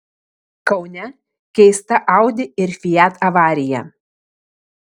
kaune keista audi ir fiat avarija